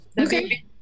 Okay